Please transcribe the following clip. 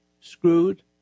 screwed